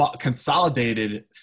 consolidated